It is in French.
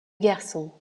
garçons